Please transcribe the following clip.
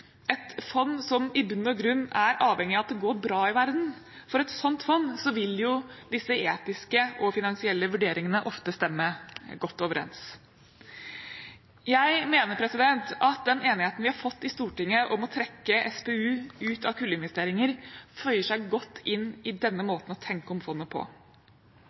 et fond som i bunn og grunn er avhengig av at det går bra i verden, vil disse etiske og finansielle vurderingene ofte stemme godt overens. Jeg mener at den enigheten vi har fått i Stortinget om å trekke SPU ut av kullinvesteringer, føyer seg godt inn i denne måten å tenke om fondet på.